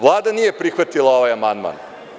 Vlada nije prihvatila ovaj amandman.